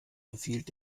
befiehlt